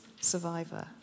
survivor